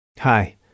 Hi